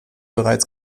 bereits